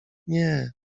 nie